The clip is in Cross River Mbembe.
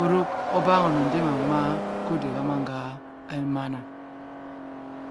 oruk oba onong daamnduma koday sa maan ha emana